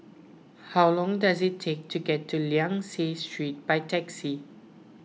how long does it take to get to Liang Seah Street by taxi